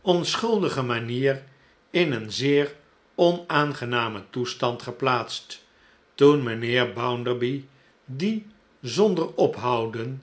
onschuldige manier in een zeer onaangenamen toestand geplaatst toen mijnheer bounderby die zonder ophouden